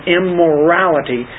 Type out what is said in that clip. immorality